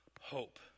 Hope